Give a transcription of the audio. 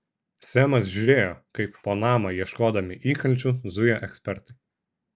semas žiūrėjo kaip po namą ieškodami įkalčių zuja ekspertai